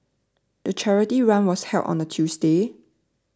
the charity run was held on a Tuesday